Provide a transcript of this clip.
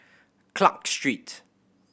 Clarke Street